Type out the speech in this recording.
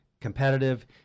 competitive